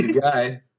guy